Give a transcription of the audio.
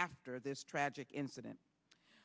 after this tragic incident